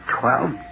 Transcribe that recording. twelve